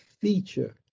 feature